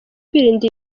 kwirinda